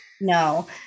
No